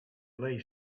lay